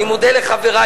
אני מודה לחברי,